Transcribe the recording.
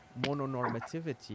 mononormativity